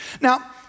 Now